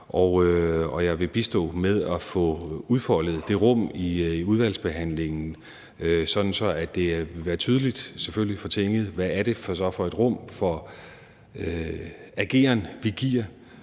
Jeg vil bistå med at få udfoldet det rum i udvalgsbehandlingen, sådan at det vil være tydeligt, selvfølgelig, for Tinget, hvad det så er for et rum for ageren, vi giver